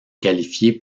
qualifiée